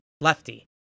lefty